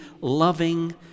loving